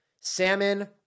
Salmon